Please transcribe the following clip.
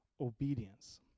obedience